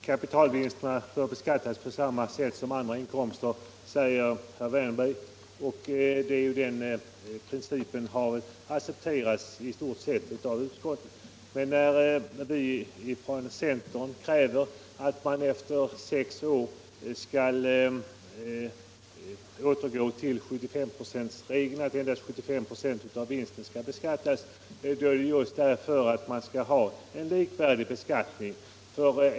Herr talman! Kapitalvinster bör beskattas på samma sätt som andra inkomster, säger herr Wärnberg. Det är den princip som i stort sett har accepterats av utskottet. Men när vi från centern kräver att man efter sex år skall återgå till 75-procentsregeln — som innebär att endast 75 "> av vinsten skall beskattas — är det just därför att man skall ha en likvärdig beskattning.